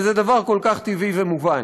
וזה דבר כל כך טבעי ומובן.